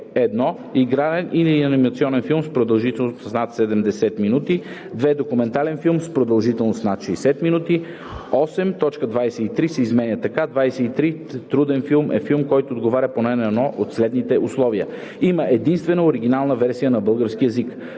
е: 1. игрален или анимационен филм с продължителност над 70 минути; 2. документален филм с продължителност над 60 минути.“ 8. Точка 23 се изменя така: „23. „Труден филм“ е филм, който отговаря поне на едно от следните условия: а) има единствена оригинална версия на български език;